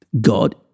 God